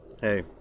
Hey